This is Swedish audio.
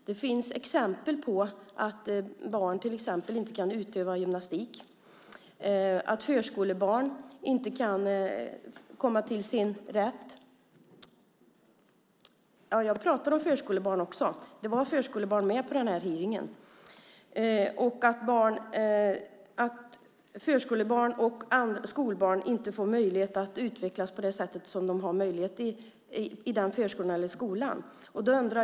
Det finns exempel på att barn inte kan utöva gymnastik och att förskolebarn inte kan komma till sin rätt. Det var även förskolebarn med på denna hearing. Förskolebarn och skolbarn får inte alltid möjlighet att utvecklas på den förskola eller skola där de går.